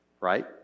right